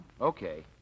Okay